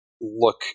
look